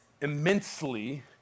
immensely